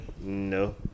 No